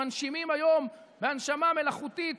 שמנשימים היום בהנשמה מלאכותית